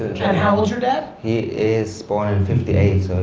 and how old's your dad? he is born in fifty eight,